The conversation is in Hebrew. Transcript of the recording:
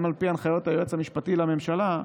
גם על פי הנחיות היועץ המשפטי לממשלה,